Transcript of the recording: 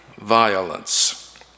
violence